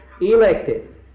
elected